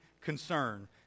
concern